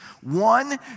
One